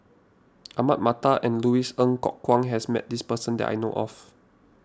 Ahmad Mattar and Louis Ng Kok Kwang has met this person that I know of